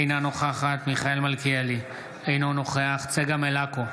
אינה נוכחת מיכאל מלכיאלי, אינו נוכח צגה מלקו,